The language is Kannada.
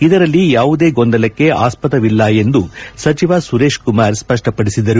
ಇದರಲ್ಲಿ ಯಾವುದೇ ಗೊಂದಲಕ್ಷೆ ಆಸ್ವದವಿಲ್ಲ ಎಂದು ಸಚಿವ ಸುರೇಶ್ ಕುಮಾರ್ ಸ್ಪಷ್ಟಪಡಿಸಿದರು